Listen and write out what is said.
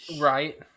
Right